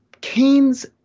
Keynes